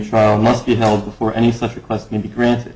trial must be held before any such request may be grant